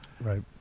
Right